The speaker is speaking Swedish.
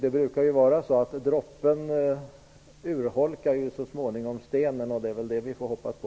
Det brukar vara så att droppen så småningom urholkar stenen. Det är väl det vi får hoppas på.